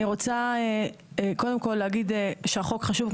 אני רוצה קודם כל להגיד שהחוק חשוב,